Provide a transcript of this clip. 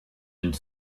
une